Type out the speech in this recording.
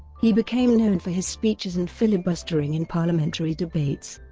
he became known for his speeches and filibustering in parliamentary debates.